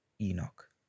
Enoch